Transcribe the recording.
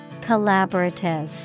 Collaborative